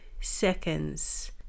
seconds